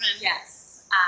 Yes